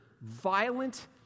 violent